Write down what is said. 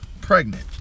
pregnant